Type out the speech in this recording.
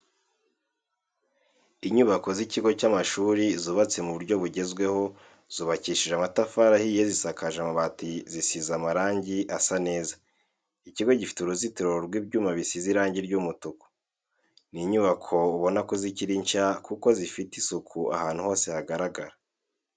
Inyubako z'ikigo cy'amashuri zubatse mu buryo bugezweho zubakishije amatafari ahiye zisakaje amabati zisize amarange asa neza, ikigo gifite uruzitiro rw'ibyuma bisize irangi ry'umutuku. Ni inyubako ubona ko zikiri nshya kuko zifite isuku ahantu hose hagaragara.